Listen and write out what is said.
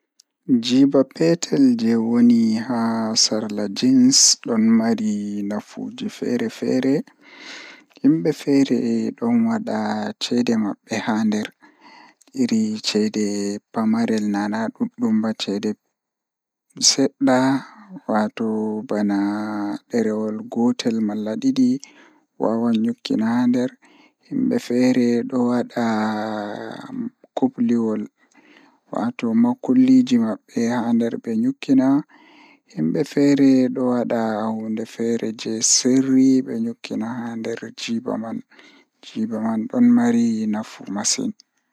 Ko njamaaji ngorko, pocket ko feere njamaaji e hoore jeans. Ko rewɓe ngal rewɓe njiddaade fiyaangu. Ɓeɗɗo ngal, njamaaji ngal pocket ngal haɓɓude rewɓe fiyaangu.